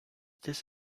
this